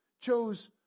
chose